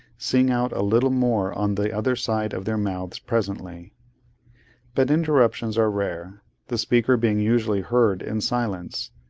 sing out a little more on the other side of their mouths presently but interruptions are rare the speaker being usually heard in silence.